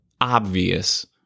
obvious